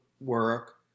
work